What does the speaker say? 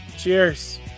Cheers